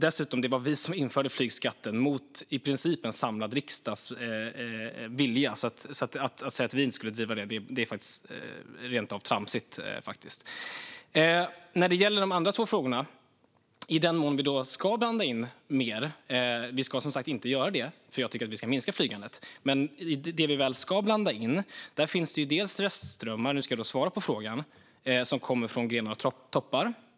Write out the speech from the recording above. Dessutom var det vi som införde flygskatten, mot i princip en samlad riksdags vilja, så att säga att vi inte skulle driva detta är faktiskt rent av tramsigt. Jag går över till de andra två frågorna. Vi ska som sagt inte blanda in mer, för jag tycker att vi ska minska flygandet, men när det gäller det vi väl ska blanda in finns det restströmmar som kommer från grenar och toppar.